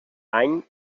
any